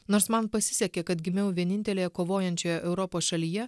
nors man pasisekė kad gimiau vienintelėje kovojančioje europos šalyje